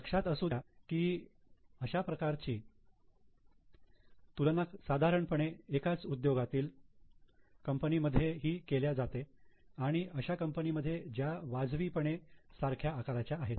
लक्षात असू द्या की अशा प्रकारची तुलना साधारणपणे एकाच उद्योगातील कंपनीमध्ये हे केल्या जाते आणि अशा कंपनीमध्ये ज्या वाजवी पणे सारख्या आकाराच्या आहेत